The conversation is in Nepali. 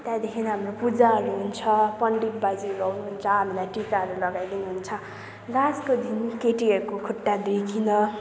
त्यहाँदेखि हाम्रो पूजाहरू हुन्छ पण्डित बाजेहरू आउनुहुन्छ हामीलाई टिकाहरू लगाइदिनु हुन्छ लास्टको दिन केटीहरूको खुट्टा धोइकन